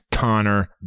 Connor